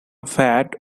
vat